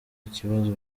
ikibazo